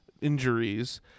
injuries